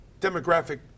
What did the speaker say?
demographic